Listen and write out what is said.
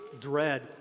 dread